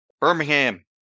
Birmingham